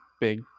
big